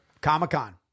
Comic-Con